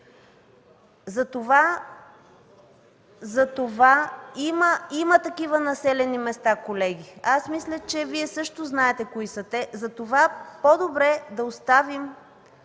телефони. Има такива населени места, колеги. Мисля, че Вие също знаете кои са. Затова е по-добре да оставим